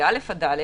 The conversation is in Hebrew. ב-א' עד ד',